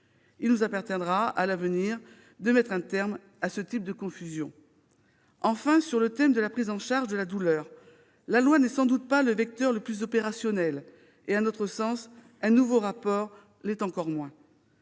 Il nous appartiendra à l'avenir de mettre un terme à ce type de confusion. Sur le thème de la prise en charge de la douleur, la loi n'est sans doute pas le vecteur le plus opérationnel ; à notre sens, un nouveau rapport l'est encore moins.